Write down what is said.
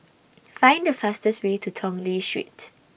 Find The fastest Way to Tong Lee Street